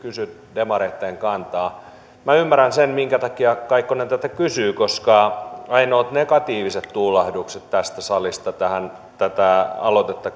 demareitten kantaa minä ymmärrän sen minkä takia kaikkonen tätä kysyy koska ainoat negatiiviset tuulahdukset tästä salista tätä aloitetta